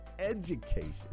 education